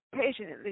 Patiently